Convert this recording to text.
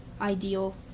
Ideal